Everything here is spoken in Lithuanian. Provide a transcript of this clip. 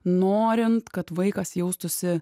norint kad vaikas jaustųsi